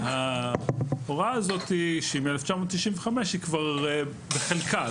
ההוראה הזאת שהיא מ-1995 היא כבר בחלקה,